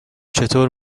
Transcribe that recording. چطور